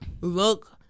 look